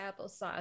applesauce